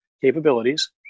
capabilities